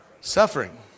Suffering